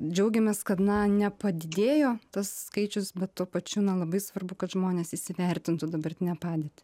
džiaugiamės kad na nepadidėjo tas skaičius bet tuo pačiu na labai svarbu kad žmonės įsivertintų dabartinę padėtį